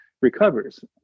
recovers